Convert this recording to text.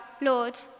Lord